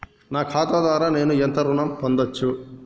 నా ఖాతా ద్వారా నేను ఎంత ఋణం పొందచ్చు?